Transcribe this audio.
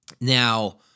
Now